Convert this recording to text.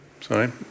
Sorry